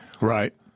Right